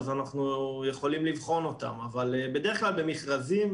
אנחנו יכולים לבחון אותן אבל בדרך כלל במכרזים,